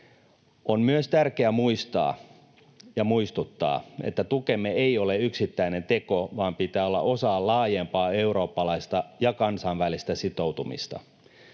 On myös tärkeää muistaa ja muistuttaa, että tukemme ei ole yksittäinen teko, vaan pitää olla osa laajempaa eurooppalaista ja kansainvälistä sitoutumista.